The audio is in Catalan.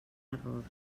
errors